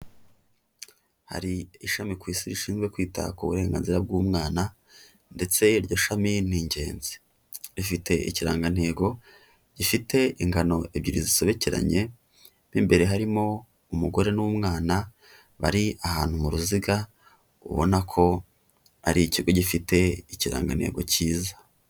Hari ishami ku isi rishinzwe kwita ku burenganzira bw'umwana, ndetse iryo shami ni ingenzi. Rifite ikirangantego gifite ingano ebyiri zisobekeranye mo imbere harimo umugore n'umwana, bari ahantu mu ruziga, ubona ko ari ikigo gifite ikirangantego cyiza.